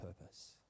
purpose